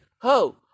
ho